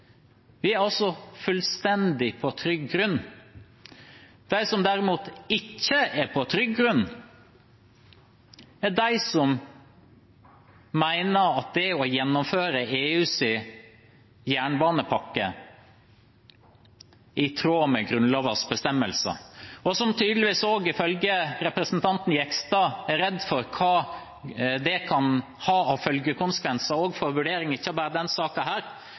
Vi er altså fullstendig på trygg grunn. De som derimot ikke er på trygg grunn, er de som mener at det å gjennomføre EUs jernbanepakke er i tråd med Grunnlovens bestemmelser, og som tydeligvis også, ifølge representanten Jegstad, er redd for hva det kan ha av følgekonsekvenser for vurdering av ikke bare